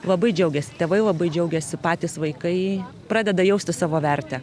labai džiaugiasi tėvai labai džiaugiasi patys vaikai pradeda jausti savo vertę